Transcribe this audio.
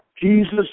Jesus